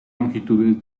longitudes